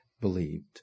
believed